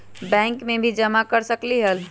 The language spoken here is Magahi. बैंक में भी जमा कर सकलीहल?